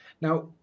Now